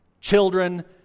children